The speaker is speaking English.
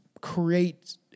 create